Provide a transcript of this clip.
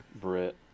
Brit